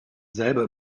selber